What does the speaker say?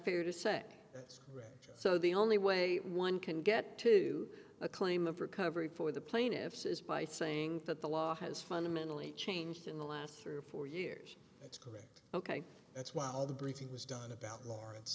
ranges so the only way one can get to a claim of recovery for the plaintiffs is by saying that the law has fundamentally changed in the last three or four years of it ok that's while the briefing was done about lawrence